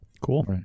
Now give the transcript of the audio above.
Cool